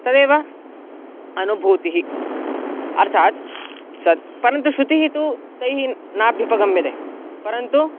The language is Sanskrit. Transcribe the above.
तदेव अनुभूतिः अर्थात् परन्तु श्रुतिः तु तैः नाभ्युपगम्यते परन्तु